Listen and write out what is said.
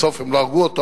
בסוף הם לא הרגו אותו,